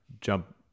jump